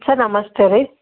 sir ನಮಸ್ತೆ ರೀ